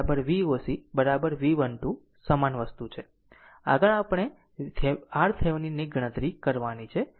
આ તમારી VThevenin Voc V 1 2 સમાન વસ્તુ છે આગળ આપણે RThevenin ની ગણતરી કરવાની છે